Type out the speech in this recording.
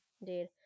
indeed